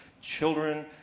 children